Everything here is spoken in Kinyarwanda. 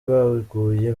baguye